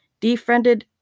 defriended